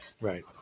Right